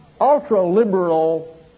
ultra-liberal